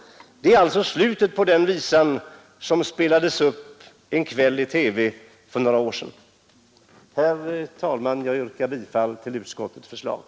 Detta är alltså slutet på den visa som spelades upp en kväll i TV för några år sedan. Herr talman! Jag yrkar bifall till utskottets hemställan.